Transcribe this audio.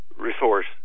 resource